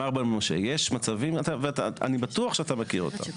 מר בן משה, יש מצבים, ואני בטוח שאתה מכיר אותם.